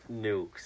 nukes